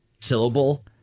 syllable